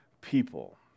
people